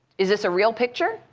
is this a real picture?